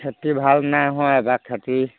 খেতি ভাল নাই হোৱা এইবাৰ খেতি